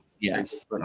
Yes